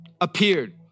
appeared